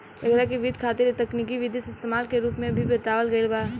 एकरा के वित्त के खातिर तकनिकी विधि के इस्तमाल के रूप में भी बतावल गईल बा